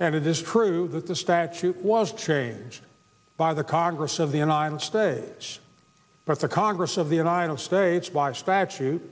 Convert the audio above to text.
and it is true that the statute was changed by the congress of the united states but the congress of the united states by statute